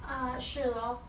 ah 是 lor